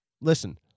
listen